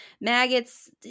maggots